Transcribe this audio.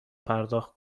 پرداخت